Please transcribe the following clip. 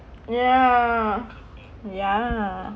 ya ya